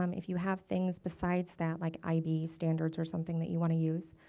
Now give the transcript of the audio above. um if you have things besides that like ib standards or something that you want to use,